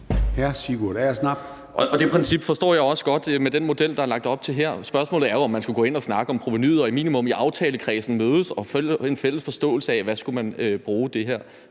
14:18 Sigurd Agersnap (SF): Det princip forstår jeg også godt med den model, der er lagt op til her. Spørgsmålet er jo, om man skulle gå ind og snakke om provenuet og som minimum mødes i aftalekredsen og finde en fælles forståelse af, hvad man skulle bruge det her